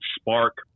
spark